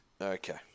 Okay